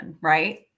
right